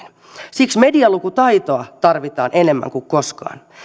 siksi medialukutaitoa tarvitaan enemmän kuin koskaan